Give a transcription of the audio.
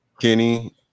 Kenny